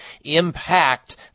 impact